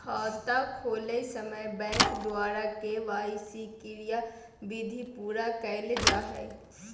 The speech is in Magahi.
खाता खोलय समय बैंक द्वारा के.वाई.सी क्रियाविधि पूरा कइल जा हइ